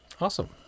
Awesome